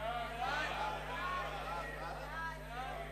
ההצעה להסיר מסדר-היום